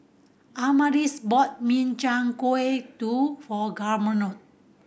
Amaris bought Min Chiang Kueh to